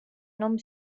nom